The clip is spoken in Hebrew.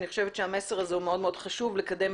אני חושבת שהמסר הזה הוא מאוד חשוב לקדם